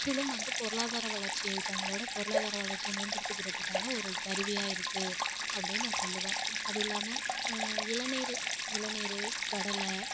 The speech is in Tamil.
முற்றிலும் வந்து பொருளாதார வளர்ச்சியை தங்களோட பொருளாதார வளர்ச்சி மேம்படுத்திக்கிறதுக்கான ஒரு கருவியா இருக்குது அப்டினு நான் சொல்லுவன் அது இல்லாமல் இளநீரு இளநீரு கடல